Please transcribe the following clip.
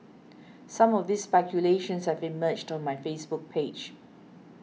some of these speculations have emerged on my Facebook page